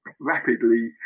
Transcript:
rapidly